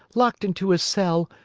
locked into a cell,